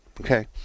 Okay